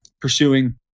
pursuing